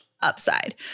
upside